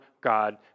God